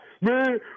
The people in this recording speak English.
Man